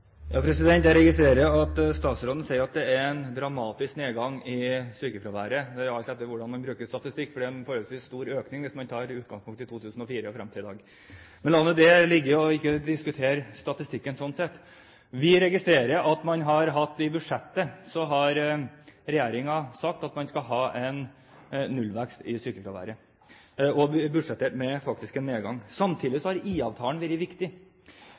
Jeg registrerer at statsråden sier at det er en dramatisk nedgang i sykefraværet, men det er alt etter hvordan man bruker statistikken, for det er en forholdsvis stor økning hvis man tar utgangspunkt i 2004 og frem til i dag. Men la nå det ligge, og la oss ikke diskutere statistikken sånn sett. Vi registrerer at regjeringen i budsjettet har sagt at man skal ha en nullvekst i sykefraværet, og faktisk budsjetterer med en nedgang. Samtidig har IA-avtalen vært viktig.